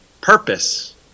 purpose